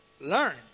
learn